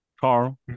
Carl